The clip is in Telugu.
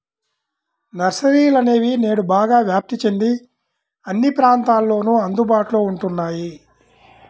నర్సరీలనేవి నేడు బాగా వ్యాప్తి చెంది అన్ని ప్రాంతాలలోను అందుబాటులో ఉంటున్నాయి